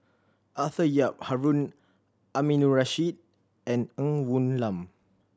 Arthur Yap Harun Aminurrashid and Ng Woon Lam